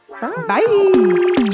Bye